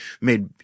made